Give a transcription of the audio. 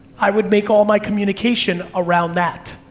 i would make all my communication around that.